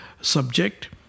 subject